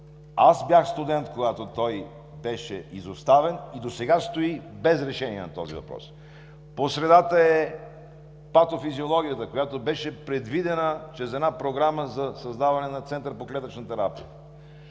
Аз бях студент, когато той беше изоставен и досега стои без решение на този въпрос. По средата е Патофизиологията, която беше предвидена чрез една програма за създаване на Център по клетъчна терапия.